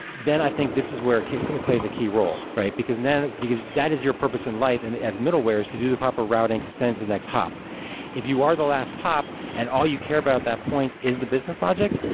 then i think this is where it plays a key role, right? because then, because that is your purpose in life and as middlewares to do the proper routing to send to the next hop if you are the last hop and all you care about at that point is the business logic,